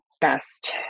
best